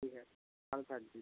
ঠিক আছে ভালো থাকবেন